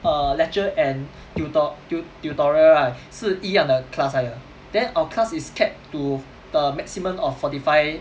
err lecture and tutor~ tu~ tutorial right 是一样的 class 来的 then our class is kept to a maximum of forty five